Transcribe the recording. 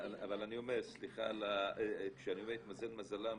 כשאני אומר התמזל מזלם,